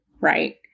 right